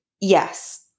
Yes